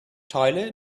tyler